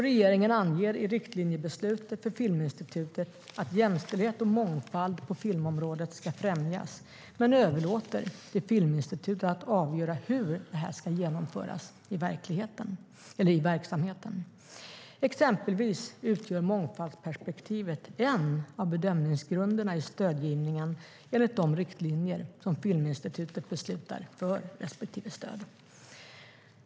Regeringen anger i riktlinjebeslutet för Filminstitutet att jämställdhet och mångfald på filmområdet ska främjas, men överlåter till Filminstitutet att avgöra hur detta ska genomföras i verksamheten. Exempelvis utgör mångfaldsperspektivet en av bedömningsgrunderna i stödgivningen enligt de riktlinjer som Filminstitutet beslutar för respektive stöd.